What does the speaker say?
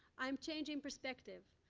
i'm changing perspective.